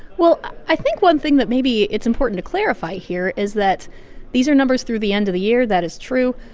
well, i think one thing that maybe it's important to clarify here is that these are numbers through the end of the year. year. that is true.